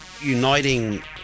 uniting